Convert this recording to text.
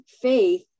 faith